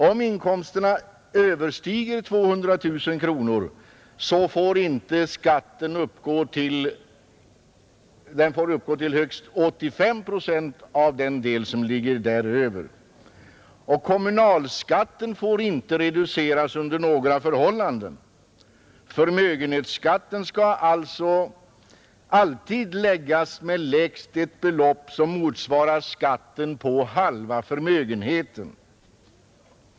Om inkomsterna överstiger 200 000 kronor får skatten uppgå till högst 85 procent av den del som ligger däröver. Kommunalskatten får inte reduceras under några förhållanden. Förmögenhetsskatten skall sålunda alltid utgå med lägst ett belopp som motsvarar skatten på halva förmögenheten.